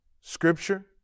scripture